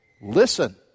Listen